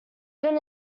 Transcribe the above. even